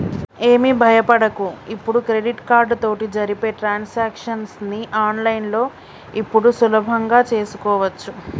ఏమి భయపడకు ఇప్పుడు క్రెడిట్ కార్డు తోటి జరిపే ట్రాన్సాక్షన్స్ ని ఆన్లైన్లో ఇప్పుడు సులభంగా చేసుకోవచ్చు